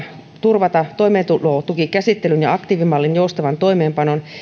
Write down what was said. turvata toimeentulotukikäsittelyn ja aktiivimallin joustavan toimeenpanon